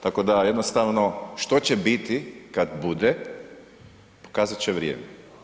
Tako da jednostavno što će biti kad bude, pokazat će vrijeme.